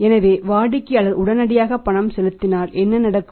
எனவே வாடிக்கையாளர் உடனடியாக பணம் செலுத்தினால் என்ன நடக்கும்